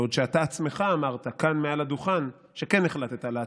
בעוד שאתה עצמך אמרת כאן מעל הדוכן שכן החלטת לעצור,